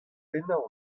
pennañ